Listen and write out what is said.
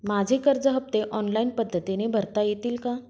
माझे कर्ज हफ्ते ऑनलाईन पद्धतीने भरता येतील का?